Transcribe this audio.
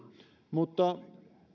mutta